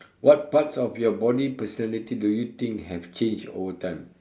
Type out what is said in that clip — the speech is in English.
what parts of your body personality do you think have changed over time